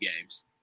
games